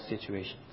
situations